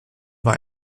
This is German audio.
war